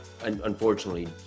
unfortunately